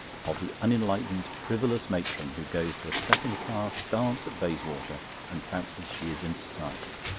of the unenlightened frivolous matron, who goes to a second class dance at bayswater and fancies she is in society.